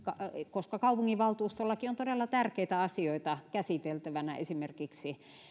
koska kaupunginvaltuustollakin on todella tärkeitä asioita käsiteltävänä esimerkiksi